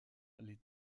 les